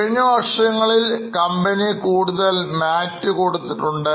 കഴിഞ്ഞ വർഷങ്ങളിൽ കമ്പനി കൂടുതൽ MAT കൊടുത്തിട്ടുണ്ട്